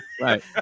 Right